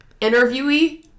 interviewee